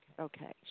Okay